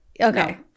okay